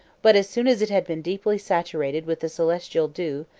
but as soon as it had been deeply saturated with the celestial dew,